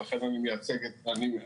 ולכן אני מייצג את הדואר.